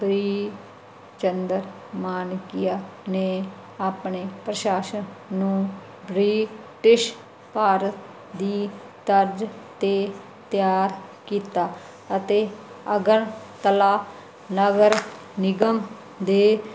ਬੀਰ ਚੰਦਰ ਮਾਨਿਕਿਆ ਨੇ ਆਪਣੇ ਪ੍ਰਸ਼ਾਸਨ ਨੂੰ ਬ੍ਰਿਟਿਸ਼ ਭਾਰਤ ਦੀ ਤਰਜ 'ਤੇ ਤਿਆਰ ਕੀਤਾ ਅਤੇ ਅਗਰਤਲਾ ਨਗਰ ਨਿਗਮ ਦੇ